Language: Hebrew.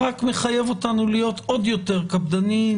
זה רק מחייב אותנו להיות עוד יותר קפדניים